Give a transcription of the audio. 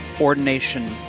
ordination